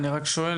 אני רק שואל,